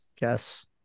guess